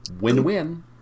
Win-win